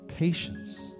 Patience